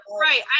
Right